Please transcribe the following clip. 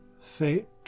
fate